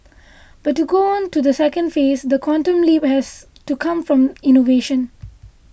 but to go on to the second phase the quantum leap has to come from innovation